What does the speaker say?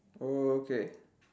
oh okay